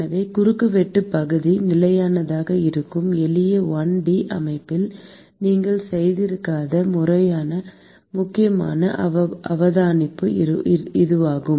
எனவே குறுக்குவெட்டுப் பகுதி நிலையானதாக இருக்கும் எளிய 1 டி அமைப்பில் நீங்கள் செய்திருக்காத முக்கியமான அவதானிப்பு இதுவாகும்